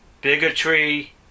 bigotry